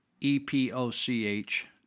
E-P-O-C-H